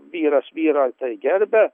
vyras vyrą tai gerbia